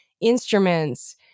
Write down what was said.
instruments